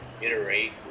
iterate